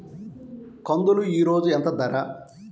కందులు ఈరోజు ఎంత ధర?